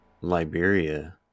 Liberia